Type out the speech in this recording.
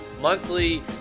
monthly